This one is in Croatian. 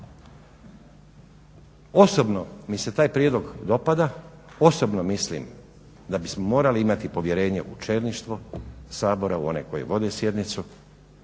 Osobno mi se taj prijedlog dopada, osobno mislim da bismo morali imati povjerenje u čelništvo Sabora, u one koji vode sjednicu,